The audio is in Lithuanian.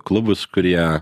klubus kurie